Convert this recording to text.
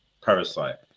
Parasite